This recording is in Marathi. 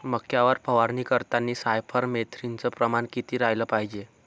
मक्यावर फवारनी करतांनी सायफर मेथ्रीनचं प्रमान किती रायलं पायजे?